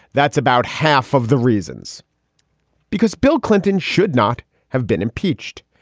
that's about half of the reasons because bill clinton should not have been impeached.